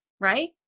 Right